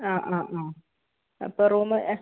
ആ ആ ആ അപ്പോൾ റൂമ്